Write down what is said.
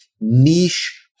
niche